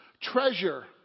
Treasure